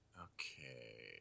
Okay